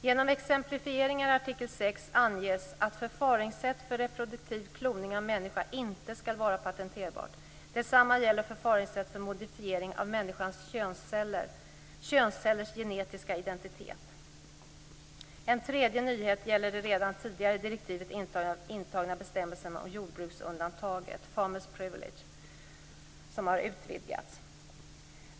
Genom exemplifieringarna i artikel 6 anges att förfaringssätt för reproduktiv kloning av människa inte skall vara patenterbart. Detsamma gäller förfaringssätt för modifiering av människans könscellers genetiska identitet. 3. En tredje nyhet gäller den redan tidigare i direktivet intagna bestämmelsen om jordbruksundantaget, farmer s privilege, som har utvidgats.